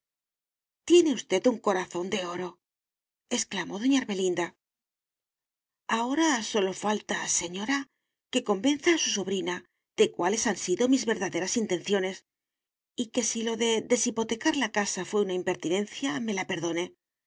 tiene usted un corazón de oro exclamó doña ermelinda ahora sólo falta señora que convenza a su sobrina de cuáles han sido mis verdaderas intenciones y que si lo de deshipotecar la casa fué una impertinencia me la perdone